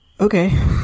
okay